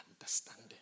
understanding